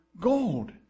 gold